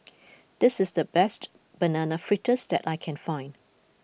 this is the best Banana Fritters that I can find